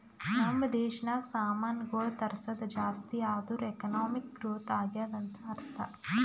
ನಮ್ ದೇಶನಾಗ್ ಸಾಮಾನ್ಗೊಳ್ ತರ್ಸದ್ ಜಾಸ್ತಿ ಆದೂರ್ ಎಕಾನಮಿಕ್ ಗ್ರೋಥ್ ಆಗ್ಯಾದ್ ಅಂತ್ ಅರ್ಥಾ